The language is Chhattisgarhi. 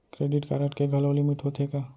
क्रेडिट कारड के घलव लिमिट होथे का?